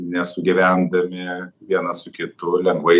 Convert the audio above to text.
nesugyvendami vienas su kitu lengvai